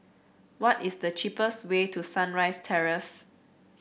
what is the cheapest way to Sunrise Terrace